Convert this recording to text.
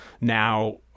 now